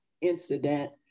incident